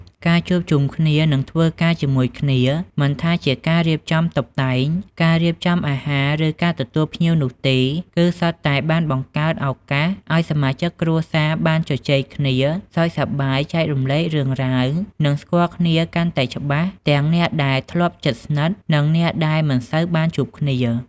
ការជួបជុំគ្នា និងធ្វើការជាមួយគ្នា មិនថាជាការរៀបចំតុបតែង ការរៀបចំអាហារ ឬការទទួលភ្ញៀវនោះទេ គឺសុទ្ធតែបានបង្កើតឱកាសឱ្យសមាជិកគ្រួសារបាន ជជែកគ្នា សើចសប្បាយ ចែករំលែករឿងរ៉ាវ និង ស្គាល់គ្នាកាន់តែច្បាស់ ទាំងអ្នកដែលធ្លាប់ជិតស្និទ្ធ និងអ្នកដែលមិនសូវបានជួបគ្នា។